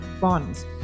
bonds